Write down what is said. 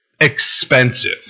expensive